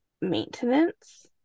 maintenance